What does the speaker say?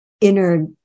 inner